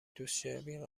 دوستیابی